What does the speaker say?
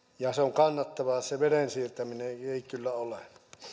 kannattavaa se veden siirtäminen ei kyllä ole